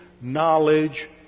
knowledge